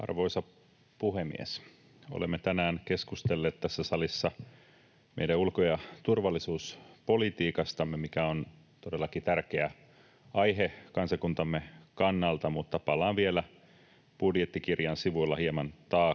Arvoisa puhemies! Olemme tänään keskustelleet tässä salissa meidän ulko- ja turvallisuuspolitiikastamme, mikä on todellakin tärkeä aihe kansakuntamme kannalta, mutta palaan vielä budjettikirjan sivuilla hieman taaksepäin